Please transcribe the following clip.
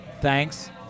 thanks